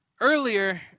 earlier